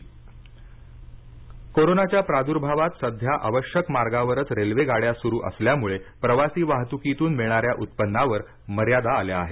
railway मालवाहतूक कोरोनाच्या प्रादुर्भावात सध्या आवश्यक मार्गावरच रेल्वे गाडय़ा सुरू असल्यामुळे प्रवासी वाहतुकीतून मिळणाऱ्या उत्पन्नावर मर्यादा आल्या आहेत